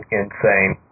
insane